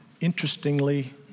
interestingly